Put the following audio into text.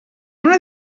una